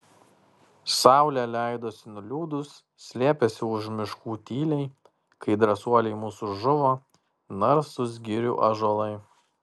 saulė leidosi nuliūdus slėpėsi už miškų tyliai kai drąsuoliai mūsų žuvo narsūs girių ąžuolai